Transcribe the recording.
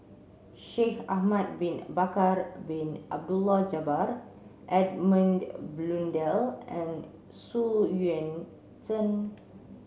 Shaikh Ahmad Bin Bakar Bin Abdullah Edmund Blundell and Xu Yuan Zhen